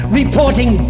reporting